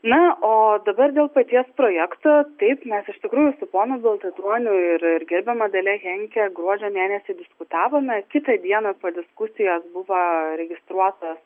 na o dabar dėl paties projekto taip mes iš tikrųjų su ponu baltaduoniu ir ir gerbiama dalia henke gruodžio mėnesį diskutavome kitą dieną po diskusijos buvo registruotos